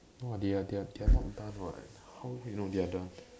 what they are they are not done what how you know they are done